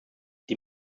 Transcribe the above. die